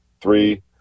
three –